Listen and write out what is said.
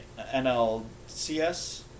NLCS